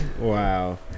Wow